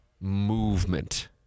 movement